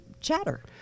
chatter